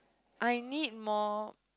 I need more